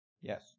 Yes